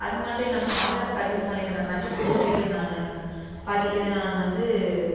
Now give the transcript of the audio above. அது மட்டும் இல்லாமல் ஆதார் பதிவு மையத்தை நான் கண்டுபிடிச்சி இதை நான் பதி இதை நான் வந்து